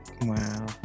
Wow